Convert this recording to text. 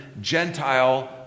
gentile